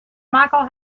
michael